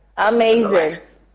Amazing